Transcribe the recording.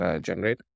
generate